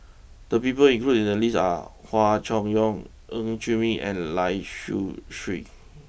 the people included in the list are Hua Chai Yong Ng Chee Meng and Lai Siu Chiu